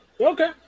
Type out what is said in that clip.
Okay